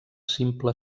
simple